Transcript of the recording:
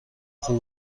خوب